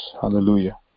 hallelujah